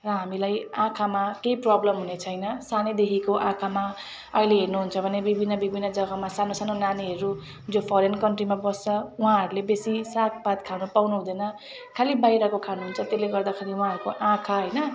र हामीलाई आँखामा केही प्रब्लम हुने छैन सानैदेखिको आँखामा अहिले हेर्नु हुन्छ भने विभिन्न विभिन्न जगामा सानो सानो नानीहरू जो फरेन कन्ट्रीमा बस्छ उहाँहरूले बेसी सागपात खानु पाउनु हुँदैन खाली बाहिरको खानु हुन्छ त्यसले गर्दाखेरि उहाँहरूको आँखा होइन